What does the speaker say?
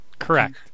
Correct